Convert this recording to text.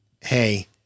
Hey